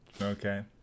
okay